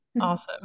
awesome